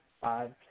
five